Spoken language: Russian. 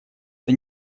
это